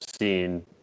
seen